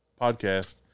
podcast